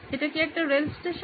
এটা কি একটা রেল স্টেশন